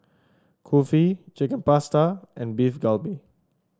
Kulfi Chicken Pasta and Beef Galbi